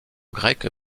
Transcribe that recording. grec